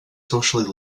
socially